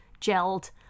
gelled